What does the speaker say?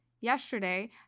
yesterday